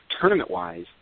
tournament-wise